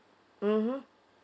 mmhmm